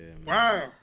Wow